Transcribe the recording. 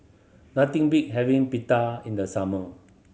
nothing beat having Pita in the summer